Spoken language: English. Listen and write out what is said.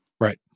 Right